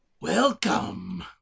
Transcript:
Welcome